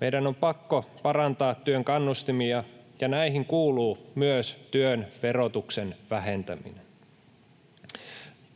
Meidän on pakko parantaa työn kannustimia, ja näihin kuuluu myös työn verotuksen vähentäminen.